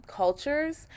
cultures